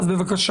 אם ישנם.